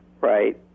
right